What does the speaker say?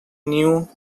new